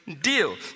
deal